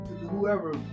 whoever